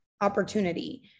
opportunity